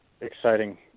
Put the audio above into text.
exciting